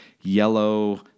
yellow